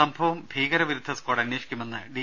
സംഭവം ഭീകര വിരുദ്ധ സ്കാഡ് അന്വേഷിക്കുമെന്ന് ഡി